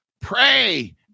pray